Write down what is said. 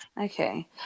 Okay